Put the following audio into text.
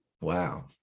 Wow